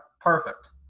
Perfect